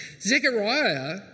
Zechariah